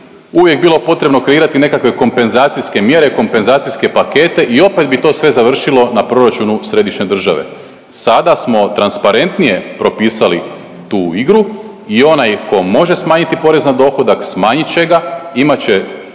uvijek bilo potrebno kreirati nekakve kompenzacijske mjere, kompenzacijske pakete i opet bi to sve završilo na proračunu središnje države. Sada smo transparentnije propisali tu igru i onaj tko može smanjiti porez na dohodak, smanjit će ga, imat